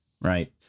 right